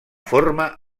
forma